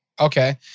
Okay